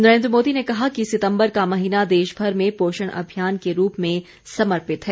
नरेन्द्र मोदी ने कहा कि सितम्बर का महीना देशभर में पोषण अभियान के रूप में समर्पित है